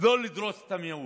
לא לדרוס את המיעוט,